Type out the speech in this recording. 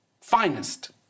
Finest